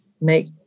make